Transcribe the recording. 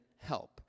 help